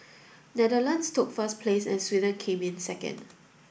Netherlands took first place and Sweden came in second